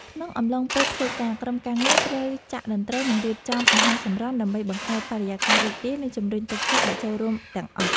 ក្នុងអំឡុងពេលធ្វើការ ក្រុមការងារត្រូវចាក់តន្ត្រី និងរៀបចំអាហារសម្រន់ ដើម្បីបង្កើតបរិយាកាសរីករាយ និងជំរុញទឹកចិត្តអ្នកចូលរួមទាំងអស់។